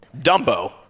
Dumbo